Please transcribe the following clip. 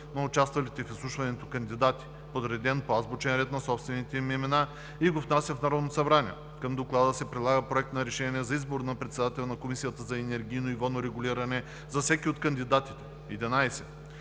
на участвалите в изслушването кандидати, подреден по азбучен ред на собствените им имена и го внася в Народното събрание. Към доклада се прилага Проект на решение за избор на председател на Комисията за енергийно и водно регулиране за всеки от кандидатите. 11.